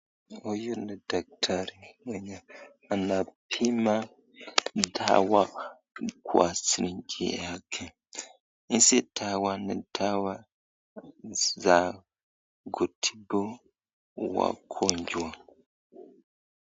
Huyu ni daktari mwenye anapima dawa kwa sinki yake, hizi dawa ni dawa za kutibu wagonjwa.